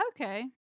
Okay